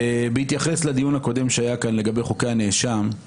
בהתייחס לדיון הקודם שהיה כאן לגבי חוקי הנאשם,